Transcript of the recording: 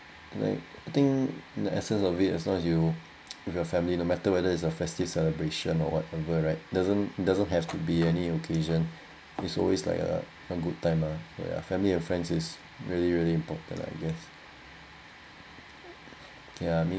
like I think the essence of it as long as you with your family no matter whether it's a festive celebration or whatever right doesn't doesn't have to be any occasion is always like a good time time ah where family and friends is really really important I guess yeah